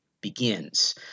begins